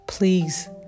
Please